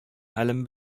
хәлем